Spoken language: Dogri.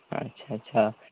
अच्छा अच्छा